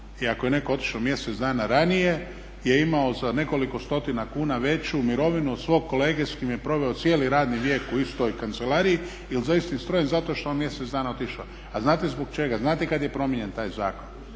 i ako je netko otišao mjesec dana ranije je imao za nekoliko stotina kuna veću mirovinu od svog kolege s kim je proveo cijeli radni vijek u istoj kancelariji ili za istim strojem zato što je on mjesec dana otišao. A znate zbog čega? Znate kad je promijenjen taj zakon?